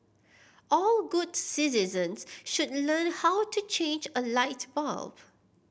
all good citizens should learn how to change a light bulb